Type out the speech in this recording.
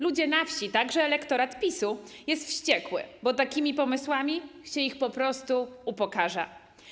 Ludzie na wsi, także elektorat PiS-u, są wściekli, bo takimi pomysłami się ich po prostu upokarza.